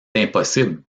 impossible